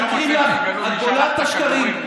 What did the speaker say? משקרים לך, ואת בולעת את השקרים.